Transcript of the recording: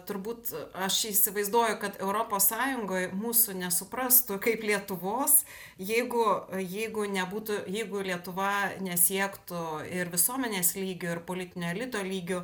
turbūt aš įsivaizduoju kad europos sąjungoj mūsų nesuprastų kaip lietuvos jeigu jeigu nebūtų jeigu lietuva nesiektų ir visuomenės lygiu ir politinio elito lygiu